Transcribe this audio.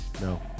No